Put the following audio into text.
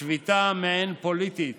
השביתה המעין-פוליטית